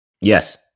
yes